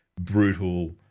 brutal